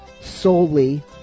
solely